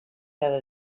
cada